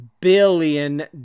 billion